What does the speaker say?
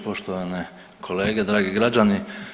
Poštovane kolege, dragi građani.